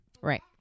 right